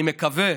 אני מקווה